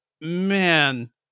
man